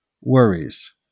worries